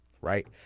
right